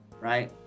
right